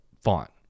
font